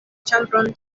ĉambron